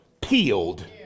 peeled